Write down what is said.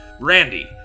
Randy